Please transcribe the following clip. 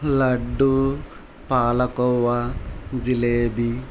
laddu palkova jalebi